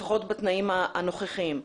לפחות בתנאים הנוכחיים.